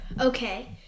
Okay